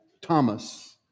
Thomas